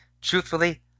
Truthfully